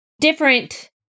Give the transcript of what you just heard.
different